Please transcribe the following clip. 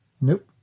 Nope